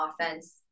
offense